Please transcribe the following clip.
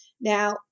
Now